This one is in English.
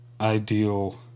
ideal